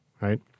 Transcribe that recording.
right